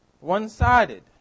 one-sided